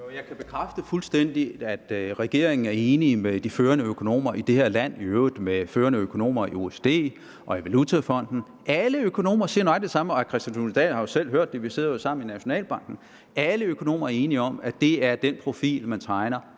jeg kan fuldstændig bekræfte, at regeringen er enig med de førende økonomer i det her land – i øvrigt med førende økonomer i OECD og i Valutafonden. Alle økonomer siger nøjagtig det samme, og hr. Kristian Thulesen Dahl har selv hørt det – vi sidder jo sammen i Nationalbanken. Alle økonomer er enige om, at det er den profil, man tegner